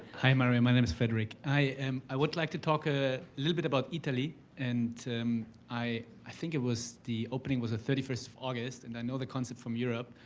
hi, mario, my name is frederick. i am, i would like to talk a little bit about eataly and i i think it was the opening was the thirty first of august and i know the concept from europe.